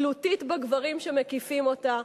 תלותית בגברים שמקיפים אותה.